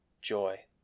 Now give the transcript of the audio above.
Joy